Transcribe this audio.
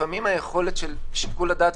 לפעמים היכולת של שיקול הדעת,